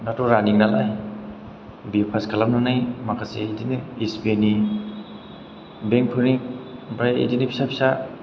दाथ' रानिं नालाय बिए फास खालामनानै माखासे बिदिनो एसबीआईनि बेंकफोरनि ओमफ्राय बिदिनो फिसा फिसा